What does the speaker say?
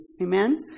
Amen